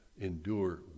endure